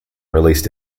released